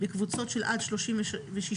בקבוצות של עד 36 תלמידים,